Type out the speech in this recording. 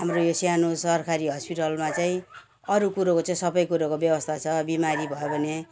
हाम्रो यो सानो सरकारी हस्पिटलमा चाहिँ अरू कुरोको चाहिँ सबै कुरोको व्यवस्था छ बिमारी भयो भने